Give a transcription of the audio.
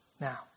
now